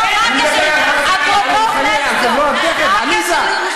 אני אומר לכם מה ההחלטה.